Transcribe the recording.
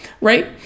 Right